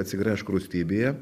atsigręžk rūstybėje